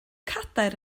cadair